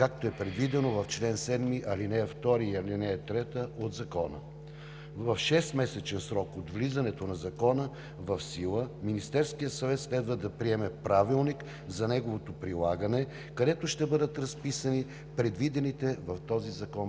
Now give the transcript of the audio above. както е предвидено в чл. 7, ал. 2 и ал. 3 от Закона. В шестмесечен срок от влизането на Закона в сила Министерският съвет следва да приеме правилник за неговото прилагане, където ще бъдат разписани предвидените в този закон